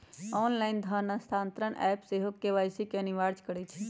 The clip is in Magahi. ऑनलाइन धन स्थानान्तरण ऐप सेहो के.वाई.सी के अनिवार्ज करइ छै